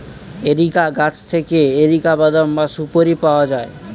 areca গাছ থেকে areca বাদাম বা সুপোরি পাওয়া যায়